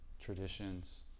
traditions